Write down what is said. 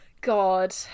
God